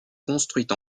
construite